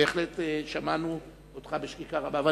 ובהחלט שמענו אותך בשקיקה רבה.